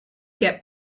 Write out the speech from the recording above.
get